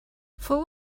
fou